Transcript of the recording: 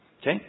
Okay